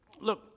Look